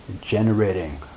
generating